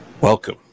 Welcome